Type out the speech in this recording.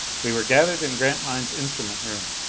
we were gathered in grantline's instrument room.